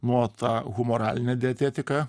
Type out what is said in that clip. nuo ta humoraline dietetika